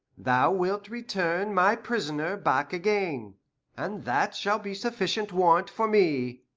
thou wilt return my prisoner back again and that shall be sufficient warrant for me.